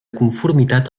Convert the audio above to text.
conformitat